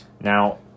Now